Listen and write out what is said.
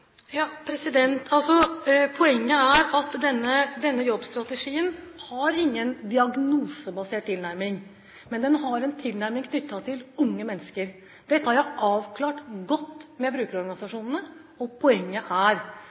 Poenget er at denne jobbstrategien har ingen diagnosebasert tilnærming, men den har en tilnærming knyttet til unge mennesker. Dette har jeg avklart godt med brukerorganisasjonene, og poenget er